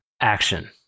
action